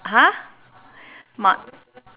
!huh! mo~